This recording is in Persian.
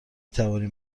توانیم